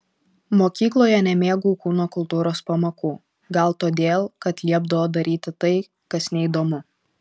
mokykloje nemėgau kūno kultūros pamokų gal todėl kad liepdavo daryti tai kas neįdomu